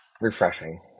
Refreshing